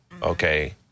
Okay